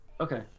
Okay